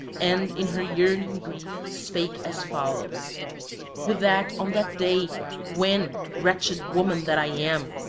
and in her yearning grief spake as follows would that on that day when, wretched woman that i am,